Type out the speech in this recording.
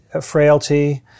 frailty